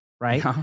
right